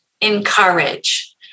encourage